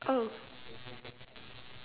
oh